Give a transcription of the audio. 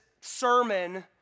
sermon